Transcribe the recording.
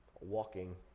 walking